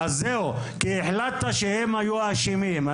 כי החלטת שהם היו אשמים.